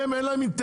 להם אין אינטרס,